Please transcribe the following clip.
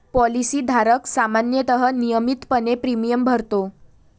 policy धारक सामान्यतः नियमितपणे प्रीमियम भरतो